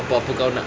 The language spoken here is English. apa-apa kau nak